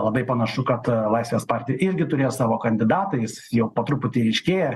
labai panašu kad laisvės partija irgi turės savo kandidatą jis jau po truputį ryškėja